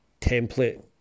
template